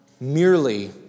merely